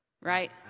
Right